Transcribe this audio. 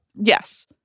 Yes